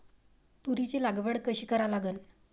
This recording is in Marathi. तुरीची लागवड कशी करा लागन?